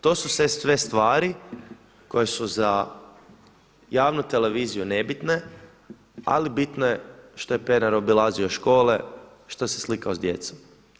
To su sve stvari koje su za javnu televiziju nebitne, ali bitno je što je Pernar obilazio škole, što se slikao s djecom.